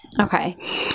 okay